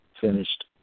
finished